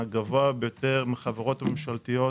מהגבוה ביותר מהחברות הממשלתיות